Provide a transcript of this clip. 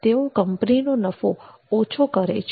તેઓ કંપનીનો નફો ઓછો કરે છે